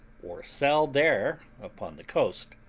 or sell there upon the coast.